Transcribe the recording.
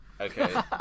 Okay